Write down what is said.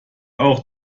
auch